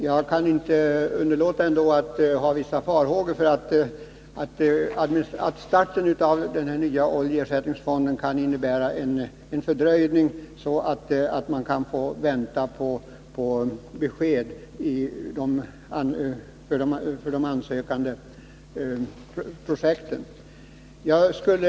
Jag kan ändå inte underlåta att ha vissa farhågor för att starten av den här nya oljeersättningsfonden kan innebära en fördröjning, så att man kan få vänta på besked om de bidrag till projekten som det lämnats in ansökan om.